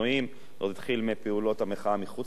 זה עוד התחיל מפעולות המחאה מחוץ לכנסת,